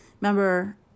Remember